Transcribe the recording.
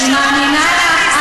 אני מאמינה לך,